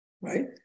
right